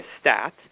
stat